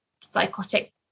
psychotic